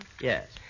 Yes